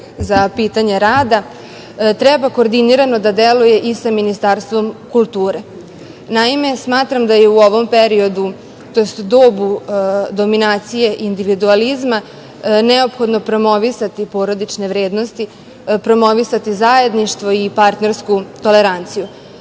za pitanje rada, treba koordinirano da deluje i sa Ministarstvom kulture. Naime, smatram da je u ovom periodu, to jest dobu dominacije individualizma, neophodno promovisati porodične vrednosti, promovisati zajedništvo i partnersku toleranciju. Takođe,